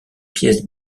pièces